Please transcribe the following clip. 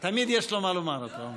תמיד יש לו מה לומר, אתה אומר.